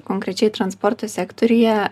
konkrečiai transporto sektoriuje